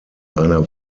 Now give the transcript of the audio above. einer